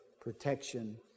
protection